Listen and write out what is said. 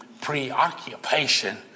preoccupation